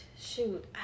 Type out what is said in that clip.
shoot